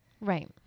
Right